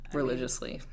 religiously